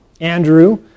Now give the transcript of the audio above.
Andrew